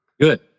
good